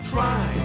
Try